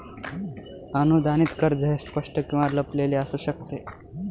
अनुदानित कर्ज हे स्पष्ट किंवा लपलेले असू शकते